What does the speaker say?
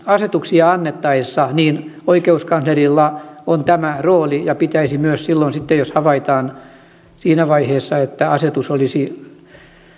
asetuksia annettaessa oikeuskanslerilla on tämä rooli ja pitäisi myös jos havaitaan että asetus olisi